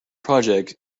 project